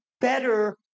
better